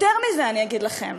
יותר מזה אני אגיד לכם,